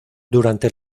durante